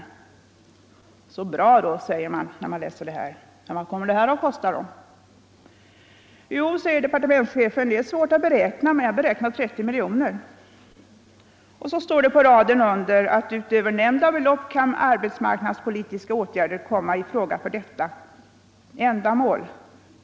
Så bra då, tycker man, när man läser detta. Men vad kommer det att kosta? Jo, säger departementschefen, det är svårt att ange, men jag beräknar kostnaderna till 30 miljoner. På raden under i propositionen står det emellertid att utöver nämnda belopp kan arbetsmarknadspolitiska åtgärder komma i fråga för detta ändamål.